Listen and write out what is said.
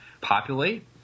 Populate